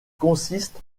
consiste